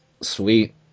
Sweet